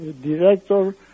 director